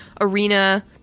arena